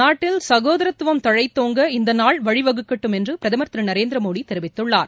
நாட்டில் சகோதரத்துவம் தழைத்தோங்க இந்த நாள் வழி வகுக்கட்டும் என்று பிரதமா் திரு நரேந்திர மோடி தெரிவித்துள்ளார்